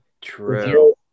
true